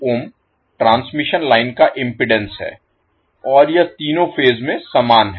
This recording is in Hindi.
ओम ट्रांसमिशन लाइन का इम्पीडेन्स है और यह तीनों फेज में समान है